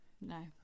No